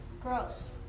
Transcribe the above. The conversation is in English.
Gross